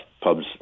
pubs